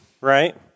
right